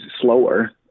slower